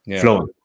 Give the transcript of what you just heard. flowing